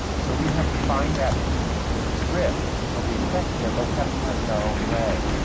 so we have to find that beat in the script, because they'll be expecting it, but we have to find it our own way.